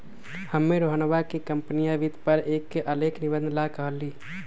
हम्मे रोहनवा के कंपनीया वित्त पर एक आलेख निबंध ला कहली